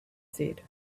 said